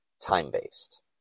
time-based